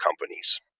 companies